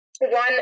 One